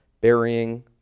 burying